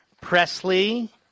Presley